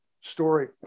story